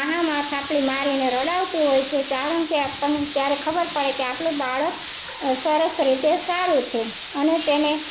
વાંસામાં થાપલી મારીને રડાવતું હોય છે કારણ કે આપણને ત્યારે ખબર પડે કે આપણું બાળક સરસ રીતે સારું છે અને તેને